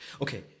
okay